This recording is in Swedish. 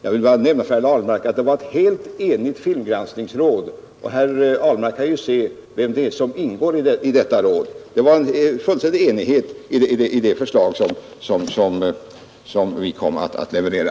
Jag vill påpeka för herr Ahlmark att det var fråga om ett helt enigt filmgranskningsråd och herr Ahlmark kan ju se efter vilka det är som ingår i detta råd. Det rådde fullständig enighet om det förslag som vi kom att leverera.